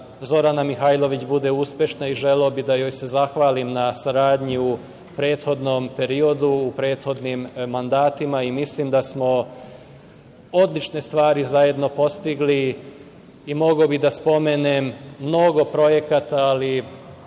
Zorana Mihajlović bude uspešna i želeo bih da joj se zahvalim na saradnji u prethodnom periodu u prethodnim mandatima. Mislim da smo odlične stvari zajedno postigli i mogao bih da spomenem mnogo projekata, ali